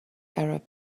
arab